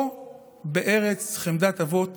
פה בארץ חמדת אבות